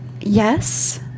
Yes